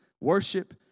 worship